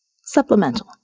Supplemental